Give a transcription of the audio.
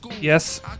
Yes